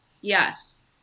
Yes